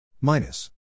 Minus